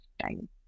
time